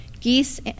Geese